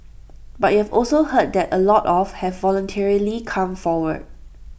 but you've also heard that A lot of have voluntarily come forward